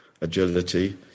agility